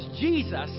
Jesus